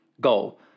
Goal